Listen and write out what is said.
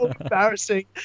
embarrassing